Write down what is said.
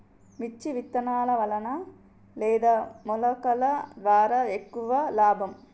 మిర్చి విత్తనాల వలన లేదా మొలకల ద్వారా ఎక్కువ లాభం?